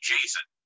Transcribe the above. Jason